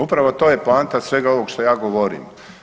Upravo to je poanta svega ovoga što ja govorim.